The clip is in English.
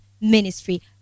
ministry